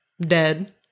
dead